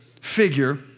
figure